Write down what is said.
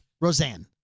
Roseanne